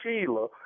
Sheila